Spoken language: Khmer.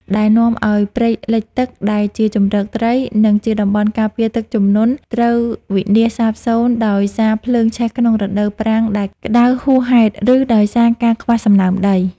ដែលនាំឱ្យព្រៃលិចទឹកដែលជាជម្រកត្រី និងជាតំបន់ការពារទឹកជំនន់ត្រូវវិនាសសាបសូន្យដោយសារភ្លើងឆេះក្នុងរដូវប្រាំងដែលក្តៅហួសហេតុ ឬដោយសារការខ្វះសំណើមដី។